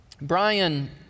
Brian